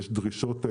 ויש דרישות,